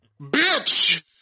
bitch